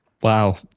Wow